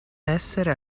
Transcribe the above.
essere